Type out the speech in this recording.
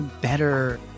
better